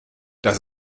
das